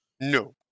No